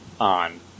on